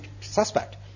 suspect